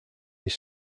his